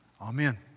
Amen